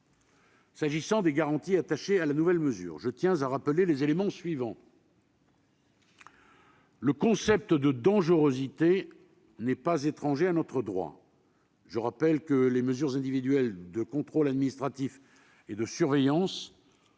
Sur les garanties attachées à la nouvelle mesure, je tiens à rappeler les éléments suivants. Premièrement, le concept de dangerosité n'est pas étranger à notre droit. Les mesures individuelles de contrôle administratif et de surveillance,